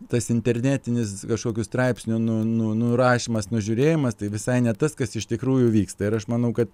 tas internetinis kažkokių straipsnių nu nu nurašymas nužiūrėjimas tai visai ne tas kas iš tikrųjų vyksta ir aš manau kad